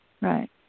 Right